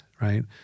right